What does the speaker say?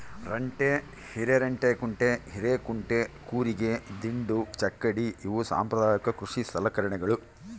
ರಂಟೆ ಹಿರೆರಂಟೆಕುಂಟೆ ಹಿರೇಕುಂಟೆ ಕೂರಿಗೆ ದಿಂಡು ಚಕ್ಕಡಿ ಇವು ಸಾಂಪ್ರದಾಯಿಕ ಕೃಷಿ ಸಲಕರಣೆಗಳು